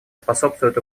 способствуют